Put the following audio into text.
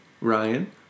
Ryan